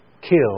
kill